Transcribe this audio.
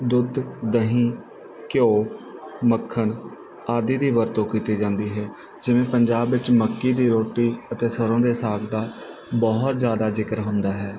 ਦੁੱਧ ਦਹੀ ਘਿਓ ਮੱਖਣ ਆਦਿ ਦੀ ਵਰਤੋਂ ਕੀਤੀ ਜਾਂਦੀ ਹੈ ਜਿਵੇਂ ਪੰਜਾਬ ਵਿੱਚ ਮੱਕੀ ਦੀ ਰੋਟੀ ਅਤੇ ਸਰੋਂ ਦੇ ਸਾਗ ਦਾ ਬਹੁਤ ਜ਼ਿਆਦਾ ਜ਼ਿਕਰ ਹੁੰਦਾ ਹੈ